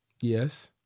Yes